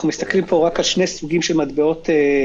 אנחנו מסתכלים פה רק על שני סוגים של מטבעות וירטואליים,